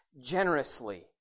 generously